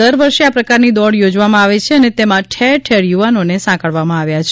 દર વર્ષે આ પ્રકારની દોડ યોજવામાં આવે છે અને તેમાં ઠેરઠેર યુવાનોને સાંકળવામાં આવે છે